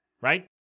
Right